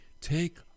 Take